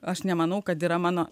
aš nemanau kad yra mano